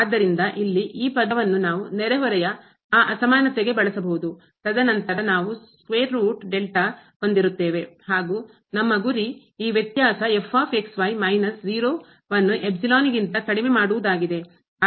ಆದ್ದರಿಂದ ಇಲ್ಲಿ ಈ ಪದವನ್ನು ನಾವು ನೆರೆಹೊರೆಯ ಆ ಅಸಮಾನತೆಗೆ ಬಳಸಬಹುದು ತದನಂತರ ನಾವು ಹೊಂದಿರುತ್ತೇವೆ ಹಾಗೂ ನಮ್ಮ ಗುರಿ ಈ ವ್ಯತ್ಯಾಸ ಮೈನಸ್ 0 ಯನ್ನು ಗಿಂತ ಕಡಿಮೆ ಮಾಡುವುದಾಗಿದೆ